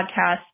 podcast